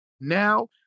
now